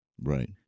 Right